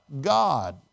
God